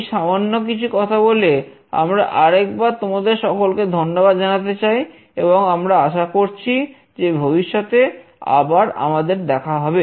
তো এই সামান্য কিছু কথা বলে আমরা আরেকবার তোমাদের সকলকে ধন্যবাদ জানাতে চাই এবং আমরা আশা করছি যে ভবিষ্যতে আবার আমাদের দেখা হবে